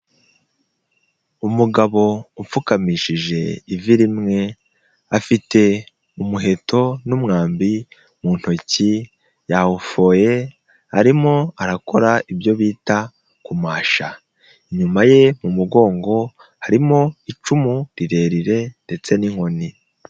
Umugabo upfukamishije ivi rimwe, afite umuheto n'umwambi mu ntoki, yawufoye arimo arakora ibyo bita kumasha, inyuma ye mu mugongo harimo icumu rirerire ndetse n'inkoni.